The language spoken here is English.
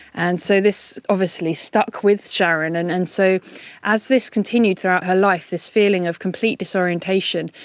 and so this obviously stuck with sharon, and and so as this continued throughout her life, this feeling of complete disorientation,